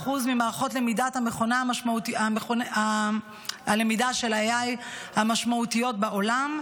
כ-4% ממערכות הלמידה של AI המשמעותיות בעולם,